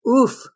Oof